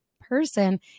person